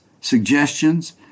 suggestions